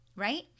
right